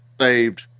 saved